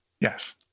Yes